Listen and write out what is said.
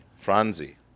Franzi